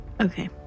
Okay